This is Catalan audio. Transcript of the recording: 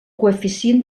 coeficient